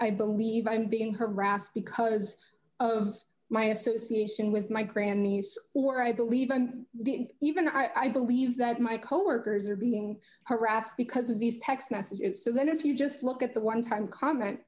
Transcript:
believe i'm being harassed because of my association with my grand niece or i believe and even i believe that my coworkers are being harassed because of these text messages so that if you just look at the one time comment